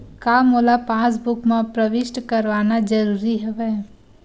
का मोला पासबुक म प्रविष्ट करवाना ज़रूरी हवय?